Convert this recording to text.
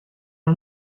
una